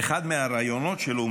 באחד מהראיונות שלו הוא